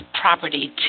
property